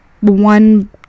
one